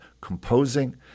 composing